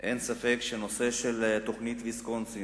אין ספק שהנושא של תוכנית ויסקונסין,